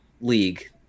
league